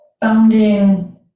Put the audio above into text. founding